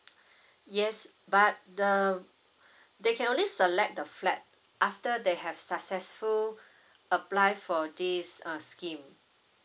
yes but the they can only select the flat after they have successful apply for this uh scheme